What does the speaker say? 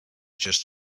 just